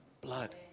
Blood